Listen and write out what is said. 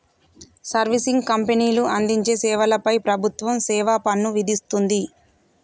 servicing కంపెనీలు అందించే సేవల పై ప్రభుత్వం సేవాపన్ను విధిస్తుంది